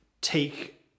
take